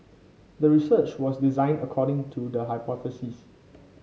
the research was designed according to the hypothesis